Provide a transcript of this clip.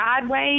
sideways